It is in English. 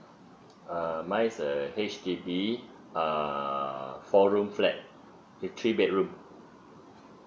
err mine is a H_D_B uh four room flat with three bedroom